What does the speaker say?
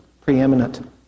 preeminent